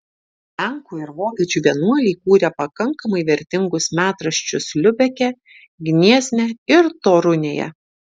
lenkų ir vokiečių vienuoliai kūrė pakankamai vertingus metraščius liubeke gniezne ir torunėje